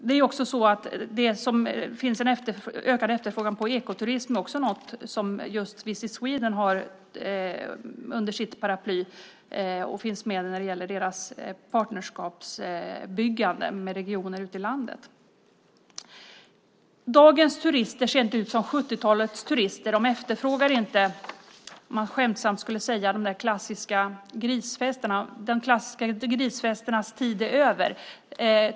Det finns en ökad efterfrågan på ekoturism, och det är någonting som just Visit Sweden har under sitt paraply, och det finns med när det gäller deras partnerskapsbyggande med regioner ute i landet. Dagens turister ser inte ut som 70-talets turister. De efterfrågar inte de klassiska grisfesterna, som man skämtsamt skulle kunna säga. De klassiska grisfesternas tid är över.